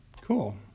Cool